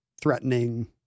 threatening